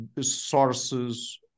sources